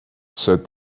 said